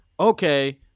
Okay